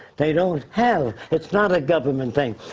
they don't have. it's not a government thing.